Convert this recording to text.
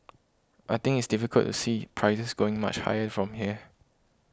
I think it's difficult to see prices going much higher from here